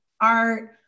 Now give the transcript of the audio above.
art